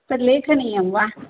तद् लेखनीयं वा